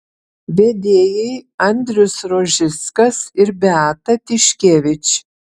vedėjai andrius rožickas ir beata tiškevič